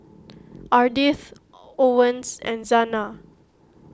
Ardith Owens and Zana